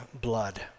blood